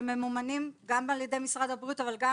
שממומנים גם על ידי משרד הבריאות אבל גם